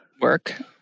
Work